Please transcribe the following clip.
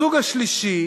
הסוג השלישי